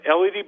led